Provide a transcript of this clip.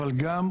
אבל גם,